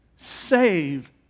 save